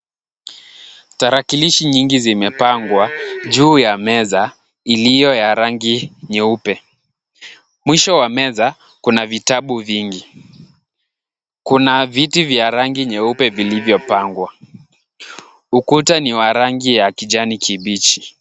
Tarakilishi nyingi zimepangwa juu ya meza iliyo ya rangi nyeupe. Mwisho wa meza kuna vitabu vingi. Kuna viti vya rangi nyeupe vilivyopangwa. Ukuta ni wa rangi ya kijani kibichi.